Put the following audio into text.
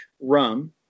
rum